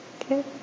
Okay